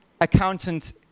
accountant